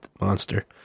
monster